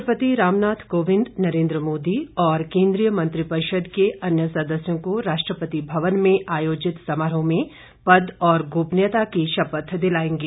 राष्ट्रपति रामनाथ कोविंद नरेंद्र मोदी और केन्द्रीय मंत्रिपरिषद के अन्य सदस्यों को राष्ट्रपति भवन में आयोजित समारोह में पद और गोपनीयता की शपथ दिलाएंगे